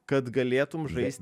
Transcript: kad galėtum žaist